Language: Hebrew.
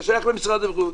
הוא שייך למשרד הבריאות,